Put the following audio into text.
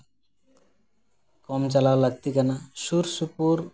ᱠᱚᱢ ᱪᱟᱞᱟᱣ ᱞᱟᱹᱠᱛᱤ ᱠᱟᱱᱟ ᱥᱩᱨᱼᱥᱩᱯᱩᱨ